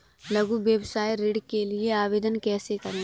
लघु व्यवसाय ऋण के लिए आवेदन कैसे करें?